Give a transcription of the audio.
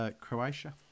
Croatia